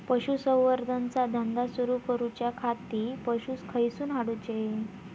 पशुसंवर्धन चा धंदा सुरू करूच्या खाती पशू खईसून हाडूचे?